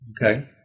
Okay